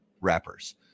wrappers